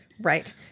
Right